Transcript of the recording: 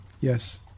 Yes